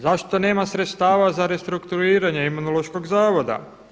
Zašto nema sredstava za restrukturiranje Imunološkog zavoda?